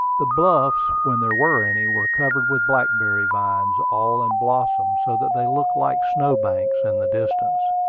the bluffs, when there were any, were covered with blackberry vines, all in blossom, so that they looked like snow banks in the distance.